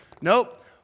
Nope